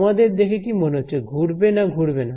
তোমাদের দেখে কি মনে হচ্ছে ঘুরবে না ঘুরবে না